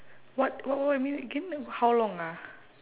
what what what you mean again how long ah